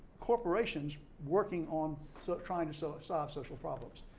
corporations working on so trying to so ah solve social problems.